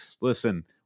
Listen